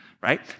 right